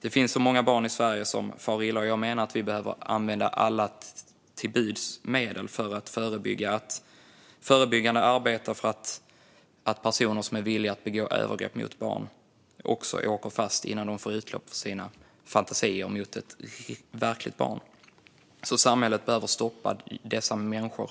Det finns många barn i Sverige som far illa, och jag menar att vi behöver använda alla till buds stående medel för att förebyggande arbeta för att personer som är villiga att begå övergrepp mot barn åker fast innan de får utlopp för sina fantasier mot ett verkligt barn. Samhället behöver stoppa dessa människor